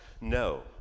No